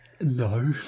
No